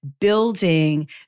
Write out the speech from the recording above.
building